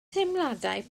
teimladau